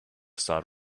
start